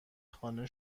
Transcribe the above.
خانه